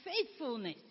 faithfulness